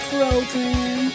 Program